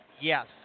Yes